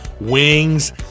wings